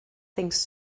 things